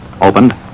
opened